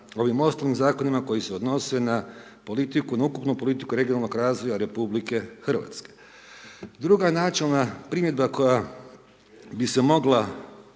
ovim ostalim Zakonima koji se odnose na politiku, na ukupnu politiku regionalnog razvoja Republike Hrvatske. Druga načelna primjedba koja bi se mogla